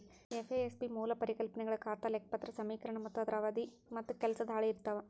FASB ಮೂಲ ಪರಿಕಲ್ಪನೆಗಳ ಖಾತಾ ಲೆಕ್ಪತ್ರ ಸಮೇಕರಣ ಮತ್ತ ಅದರ ಅವಧಿ ಮತ್ತ ಕೆಲಸದ ಹಾಳಿ ಇರ್ತಾವ